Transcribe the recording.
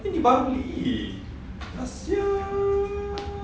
tapi ni baru beli last year